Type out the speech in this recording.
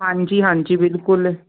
ਹਾਂਜੀ ਹਾਂਜੀ ਬਿਲਕੁਲ